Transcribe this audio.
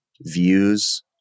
views